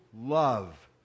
love